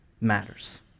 matters